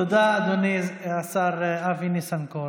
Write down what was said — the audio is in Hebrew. תודה, אדוני השר אבי ניסנקורן.